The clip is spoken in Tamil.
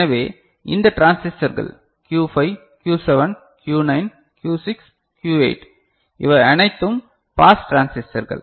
எனவே இந்த டிரான்சிஸ்டர்கள் Q5 Q7 Q9 Q6 Q8 இவை அனைத்தும் பாஸ் டிரான்சிஸ்டர்கள்